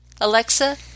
Alexa